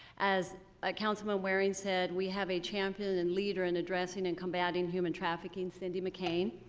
as ah councilman waring said, we have a champion and leader in addressing and combating human trafficking, cindy mccain.